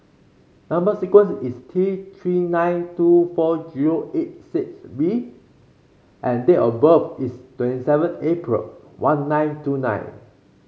number sequence is T Three nine two four zero eight six V and date of birth is twenty seven April one nine two nine